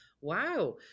wow